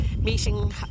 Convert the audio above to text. meeting